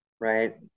right